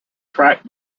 track